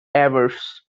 avars